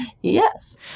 Yes